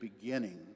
beginning